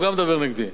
הוא גם מדבר נגדי.